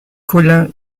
collin